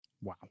Wow